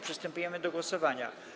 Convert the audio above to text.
Przystępujemy do głosowania.